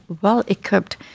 well-equipped